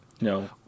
No